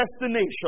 destination